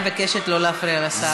אני מבקשת לא להפריע לשר.